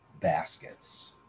baskets